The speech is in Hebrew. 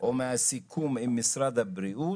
או מהסיכום עם משרד הבריאות,